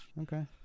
okay